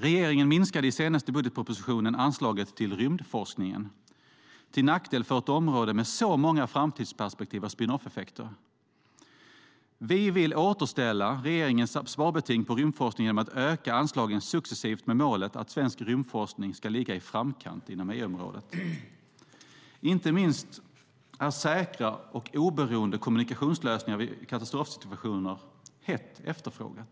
Regeringen minskade i senaste budgetpropositionen anslaget till rymdforskningen - det femte området. Det var till nackdel för ett område med många framtidsperspektiv och spin-off-effekter. Vi vill återställa regeringens sparbeting på rymdforskning genom att öka anslagen successivt, med målet att svensk rymdforskning ska ligga i framkant inom EU-området. Inte minst är säkra och oberoende kommunikationslösningar vid katastrofsituationer hett efterfrågade.